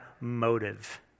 motive